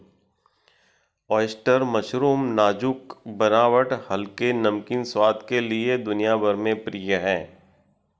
oyster mushroom नाजुक बनावट हल्के, नमकीन स्वाद के लिए दुनिया भर में प्रिय है